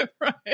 Right